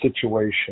situation